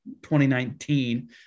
2019